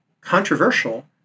Controversial